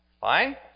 Fine